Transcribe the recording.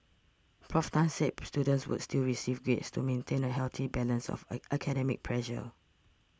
Prof Tan said students would still receive grades to maintain a healthy balance of academic pressure